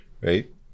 right